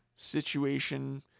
Situation